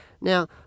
Now